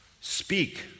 Speak